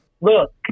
look